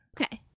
Okay